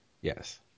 Yes